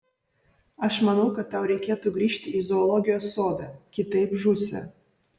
aš manau kad tau reikėtų grįžti į zoologijos sodą kitaip žūsi